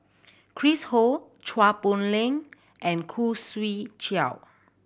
Chris Ho Chua Poh Leng and Khoo Swee Chiow